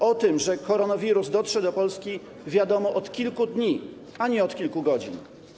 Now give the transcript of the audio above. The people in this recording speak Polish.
O tym, że koronawirus dotrze do Polski, wiadomo od kilku dni, a nie od kilku godzin.